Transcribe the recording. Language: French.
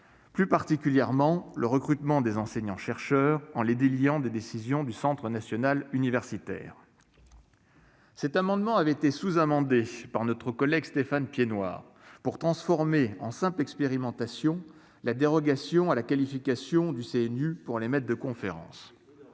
plus particulièrement le recrutement des enseignants-chercheurs en les déliant des décisions du Conseil national des universités. Cet amendement avait été sous-amendé par notre collègue Stéphane Piednoir pour transformer en simple expérimentation la dérogation à la qualification du CNU pour les maîtres de conférences.